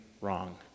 wrong